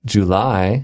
July